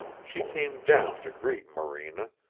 she came down to greet morena,